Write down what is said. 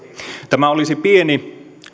tämä olisi pieni mutta huomattava muutos lakiin